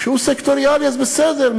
כשהוא סקטוריאלי אז בסדר,